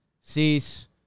Cease